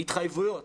התחייבויות